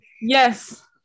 Yes